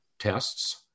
tests